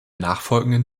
nachfolgenden